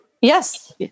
yes